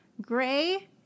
Gray